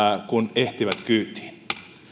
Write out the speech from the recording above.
kun ehtivät kyytiin